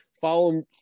follow